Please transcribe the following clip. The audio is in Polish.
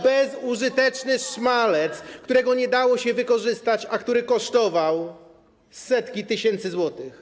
Bezużyteczny szmelc, którego nie dało się wykorzystać, a który kosztował setki tysięcy złotych.